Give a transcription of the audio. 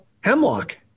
Hemlock